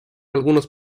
algunos